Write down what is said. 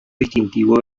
distintivo